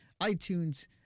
iTunes